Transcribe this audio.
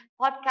podcast